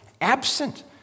absent